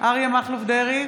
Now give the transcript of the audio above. אריה מכלוף דרעי,